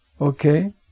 Okay